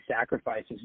sacrifices